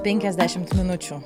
penkiasdešimt minučių